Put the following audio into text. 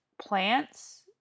plants